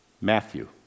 Matthew